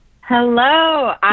Hello